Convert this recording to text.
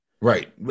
Right